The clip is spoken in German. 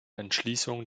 entschließung